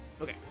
Okay